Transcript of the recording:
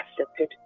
accepted